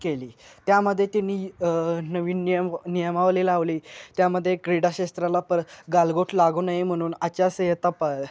केली त्यामध्ये त्यांनी नवीन नियम नियमावली लावली त्यामध्ये क्रीडाशास्त्राला पर गालबोट लागू नये म्हणून आचारसंहिता प